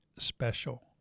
special